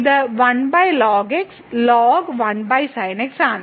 ഇത് ആണ്